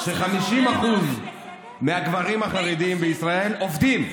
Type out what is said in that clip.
ש-50% מהגברים החרדים בישראל עובדים,